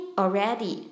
already